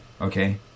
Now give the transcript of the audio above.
Okay